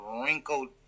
wrinkled